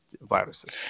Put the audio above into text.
viruses